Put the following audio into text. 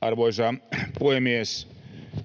Arvoisa puhemies!